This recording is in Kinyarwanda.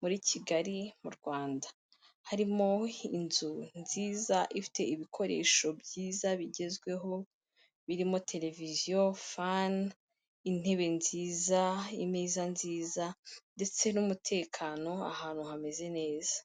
muri Kigali mu Rwanda, harimo inzu nziza ifite ibikoresho byiza bigezweho, birimo televiziyo, fani, intebe nziza, imeza nziza ndetse n'umutekano, ahantu hameze neza.